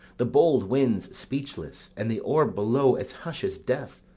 the bold winds speechless, and the orb below as hush as death,